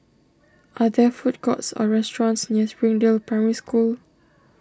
are there food courts or restaurants near Springdale Primary School